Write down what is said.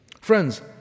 Friends